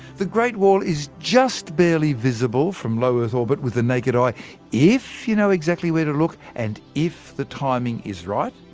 the great wall is just barely visible from low earth orbit with the naked eye if you know exactly where to look, and if the timing is right.